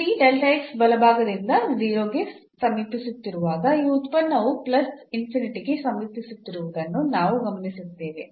ಇಲ್ಲಿ ಬಲಭಾಗದಿಂದ 0 ಗೆ ಸಮೀಪಿಸುತ್ತಿರುವಾಗ ಈ ಉತ್ಪನ್ನವು ಪ್ಲಸ್ ಗೆ ಸಮೀಪಿಸುತ್ತಿರುವುದನ್ನು ನಾವು ಗಮನಿಸುತ್ತೇವೆ